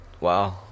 Wow